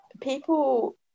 People